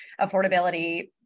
affordability